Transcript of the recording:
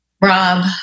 Rob